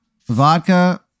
vodka